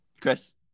Chris